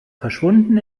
verschwunden